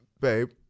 babe